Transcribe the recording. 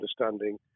understanding